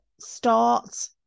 start